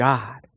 God